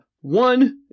One